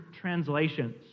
translations